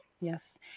Yes